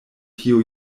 tio